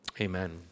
Amen